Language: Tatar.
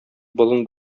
болын